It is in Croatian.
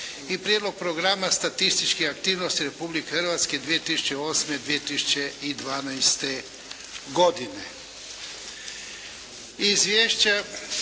- Prijedlog Programa statističkih aktivnosti Republike Hrvatske 2008. – 2012.;